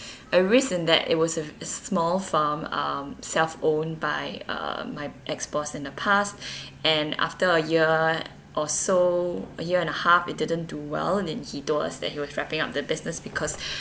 a reason that it was a small firm um self owned by um my ex-boss in the past and after a year or so a year and a half it didn't do well and then he told us that he was wrapping up the business because